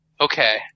Okay